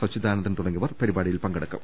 അച്യുതാനന്ദൻ തുടങ്ങിയവർ പരിപാടി യിൽ പങ്കെടുക്കും